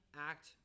act